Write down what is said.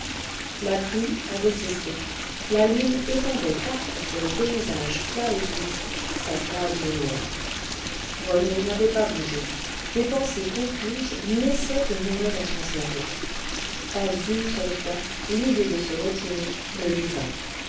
la pluie avait cessé la lune épandait partout sur le paysage plat et triste sa froide lumière rené n'avait pas bougé des pensées confuses naissaient et mouraient dans son cerveau pas une seule fois l'idée de se retirer ne lui vint